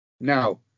Now